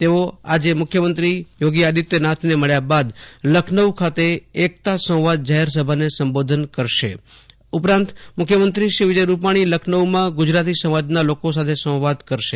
તેઓ આજે મુખ્યમંત્રી યોગી આદિત્યનાથને મળ્યા બાદ લખનૌ ખાતે એકતા સંવાદ જાહેર સભાને સંબોધન કરશે ઉપરાંત મુખ્યમંત્રી શ્રી વિજય રૂપાણી લખનૌમાં ગુજરાતી સમાજના લોકો સાથે સંવાદ કરશે